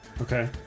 Okay